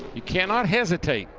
you cannot hesitate.